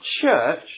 church